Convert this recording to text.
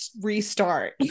restart